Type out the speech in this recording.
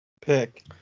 Pick